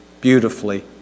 beautifully